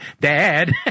Dad